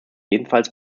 jedenfalls